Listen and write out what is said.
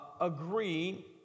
agree